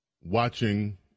watching